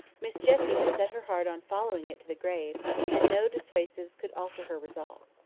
miss jessie had set her heart on following it to the grave and no dissuasives could alter her resolve.